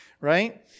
right